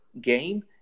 game